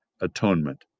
atonement